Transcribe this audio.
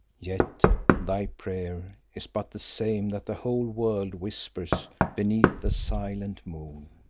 yet thy prayer is but the same that the whole world whispers beneath the silent moon,